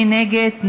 מי נגד?